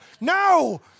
No